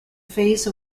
phase